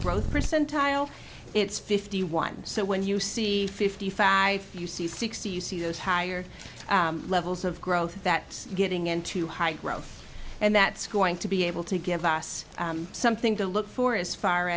growth percentile it's fifty one so when you see fifty five you see sixty you see those higher levels of growth that is getting into high growth and that's going to be able to give us something to look for as far